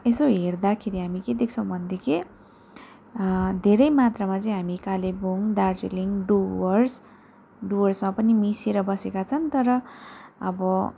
यसो हेर्दाखेरि हामी के देख्छौँ भनेदेखि धेरै मात्रामा चाहिँ हामी कालेबुङ दार्जिलिङ डुवर्स डुवर्समा पनि मिसिएर बसेका छन् तर अब